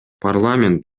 парламент